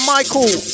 Michael